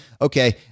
okay